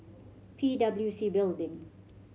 P W C Building